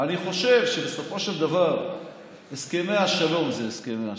אני חושב שבסופו של דבר הסכמי השלום זה הסכמי השלום,